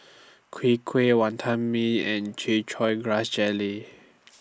Kwee Kueh Wantan Mee and Chin Chow Grass Jelly